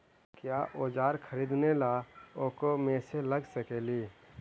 क्या ओजार खरीदने ड़ाओकमेसे लगे सकेली?